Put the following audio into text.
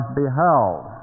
beheld